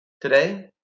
Today